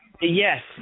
yes